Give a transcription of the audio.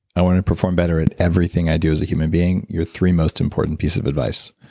i want to perform better at everything i do as a human being, your three most important piece of advice.